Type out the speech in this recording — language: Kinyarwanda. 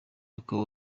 akaba